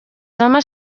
homes